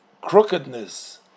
crookedness